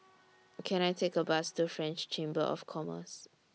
Can I Take A Bus to French Chamber of Commerce